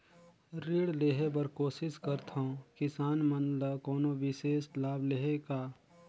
ऋण लेहे बर कोशिश करथवं, किसान मन ल कोनो विशेष लाभ हे का?